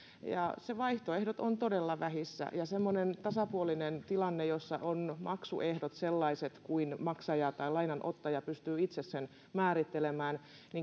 niin ne vaihtoehdot ovat todella vähissä voisi olla semmoinen tasapuolinen tilanne jossa maksuehdot ovat sellaiset että maksaja tai lainanottaja pystyy itse ne määrittelemään